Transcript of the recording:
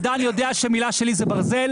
ודן יודע שמילה שלי זה ברזל,